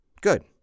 Good